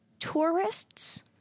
tourists